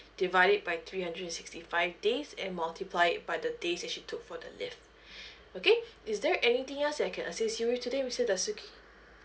divide it by three hundred and sixty five days and multiply it by the days that she took for the leave okay is there anything else that I can assist you with today mister dasuki